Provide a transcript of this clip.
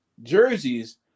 jerseys